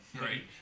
Right